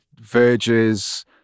verges